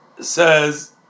says